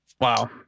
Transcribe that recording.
wow